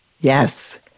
Yes